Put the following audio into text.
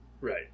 Right